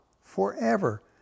forever